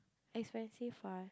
expensive what